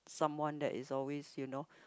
someone that is always you know